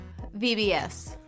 VBS